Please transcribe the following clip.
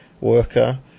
worker